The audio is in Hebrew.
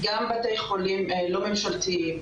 גם בתי חולים לא ממשלתיים,